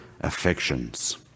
affections